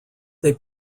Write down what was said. they